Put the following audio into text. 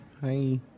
Hi